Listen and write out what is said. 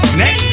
next